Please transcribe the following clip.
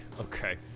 okay